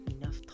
enough